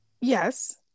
Yes